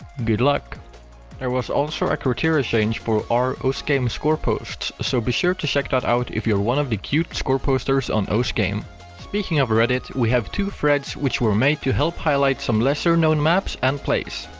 like there was also a criteria change for r osugame's scoreposts so be sure to check that out if you're one of the cute score posters on osugame speaking of reddit, we have two threads which were made to help highlight some lesser known maps and plays.